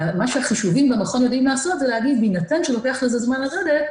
מה שהחישובים במכון יודעים לעשות זה להגיד: בהינתן שלוקח לזה זמן לרדת,